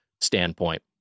standpoint